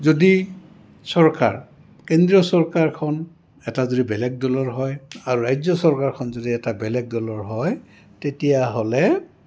যদি চৰকাৰ কেন্দ্ৰীয় চৰকাৰখন এটা যদি বেলেগ দলৰ হয় আৰু ৰাজ্য চৰকাৰখন যদি এটা বেলেগ দলৰ হয় তেতিয়াহ'লে